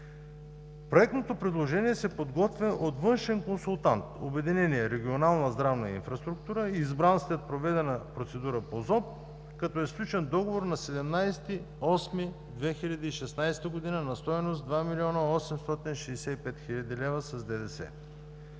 Проектното предложение се подготвя от външен консултант – Обединение „Регионална здравна инфраструктура“, избран след проведена процедура по ЗОП, като е сключен договор на 17 август 2016 г., на стойност 2 млн. 865 хил. лв. с ДДС.